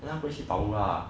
then 他不会去保护她 ah